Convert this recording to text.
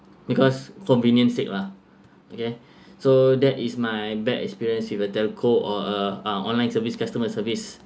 because convenience sake lah okay so that is my bad experience with a telco or a a online service customer service